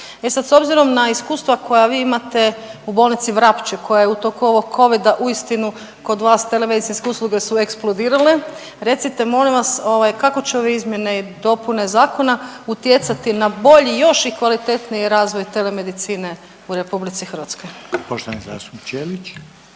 E sad s obzirom na iskustva koja vi imate u bolnici Vrapče koja je u toku ovog covida uistinu kod vas telemedicinske usluge su eksplodirale. Recite molim vas kako će ove izmjene i dopune zakona utjecati na bolji još i kvalitetniji razvoj telemedicine u RH. **Reiner, Željko (HDZ)** Poštovani zastupnik Ćelić.